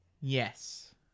Yes